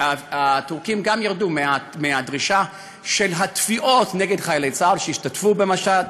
הטורקים גם ירדו מהדרישה של התביעות נגד חיילי צה"ל שהשתתפו במשט,